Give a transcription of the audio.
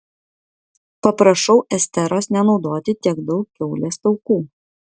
paprašau esteros nenaudoti tiek daug kiaulės taukų